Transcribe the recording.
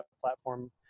platform